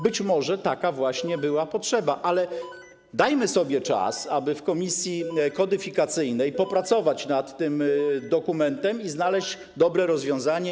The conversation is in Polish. Być może taka właśnie była potrzeba, ale dajmy sobie czas, aby w komisji kodyfikacyjnej popracować nad tym dokumentem i znaleźć dobre rozwiązanie.